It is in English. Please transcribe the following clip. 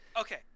Okay